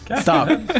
Stop